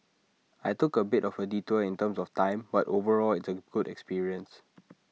I took A bit of detour in terms of time but overall it's A good experience